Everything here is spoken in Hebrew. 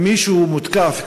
אם מישהו מותקף,